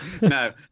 No